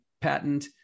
patent